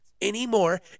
anymore